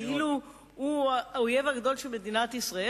כאילו הוא האויב הגדול של מדינת ישראל,